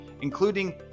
including